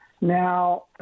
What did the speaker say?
now